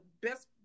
best